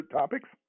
topics